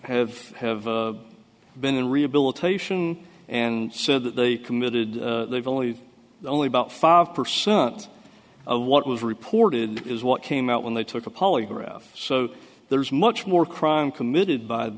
have have been in rehabilitation and so they committed they've only only about five percent of what was reported is what came out when they took a polygraph so there's much more crime committed by